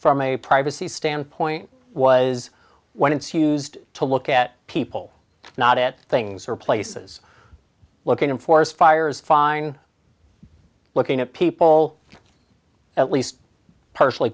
from a privacy standpoint was when it's used to look at people not at things or places looking in forest fires fine looking at people at least partially